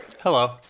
Hello